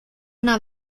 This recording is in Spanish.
una